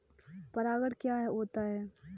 परागण क्या होता है?